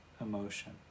emotion